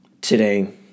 Today